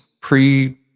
pre